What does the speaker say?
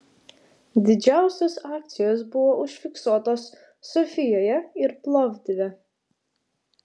didžiausios akcijos buvo užfiksuotos sofijoje ir plovdive